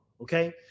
okay